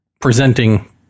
presenting